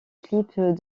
clip